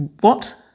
What